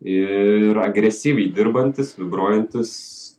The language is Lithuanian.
ir agresyviai dirbantis vibruojantis